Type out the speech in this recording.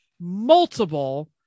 multiple